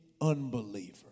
unbeliever